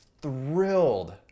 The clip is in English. thrilled